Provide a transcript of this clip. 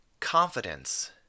Confidence